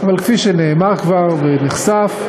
אבל כפי שנאמר כבר ונחשף,